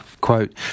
Quote